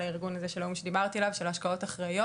על הארגון שדברתי עליו של השקעות אחראיות.